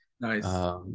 Nice